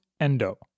Endo